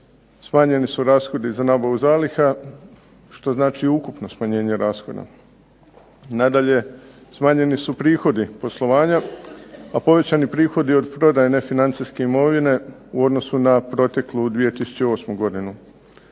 smanjeni su rashodi za nabavu zaliha, što znači ukupno smanjenje rashoda. Nadalje smanjeni su prihodi poslovanja, a povećani prihodi od prodaje nefinancijske imovine, u odnosu na proteklu 2008. godinu.